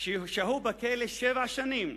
שהו בכלא שבע שנים.